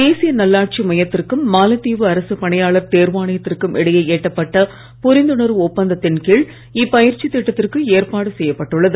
தேசிய நல்லாட்சி மையத்திற்கும் மாலத்தீவு அரசு பணியாளர் தேர்வாணையத்திற்கும் இடையே எட்டப்பட்ட புரிந்துணர்வு ஒப்பந்தத்தின் கீழ் இப்பயிற்சி திட்டத்திற்கு ஏற்பாடு செய்யப்பட்டுள்ளது